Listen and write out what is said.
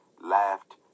laughed